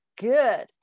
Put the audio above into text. good